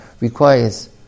requires